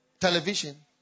Television